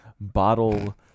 bottle